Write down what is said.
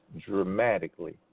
dramatically